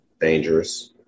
dangerous